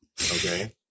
okay